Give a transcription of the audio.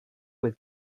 with